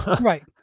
Right